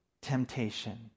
temptation